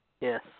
Yes